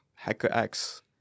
HackerX